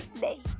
day